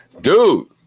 dude